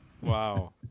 Wow